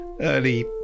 early